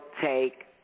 take